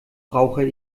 brauche